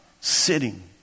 sitting